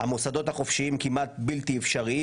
המוסדות החופשיים כמעט בלתי אפשריים.